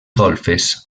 golfes